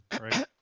right